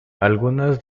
algunas